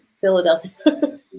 Philadelphia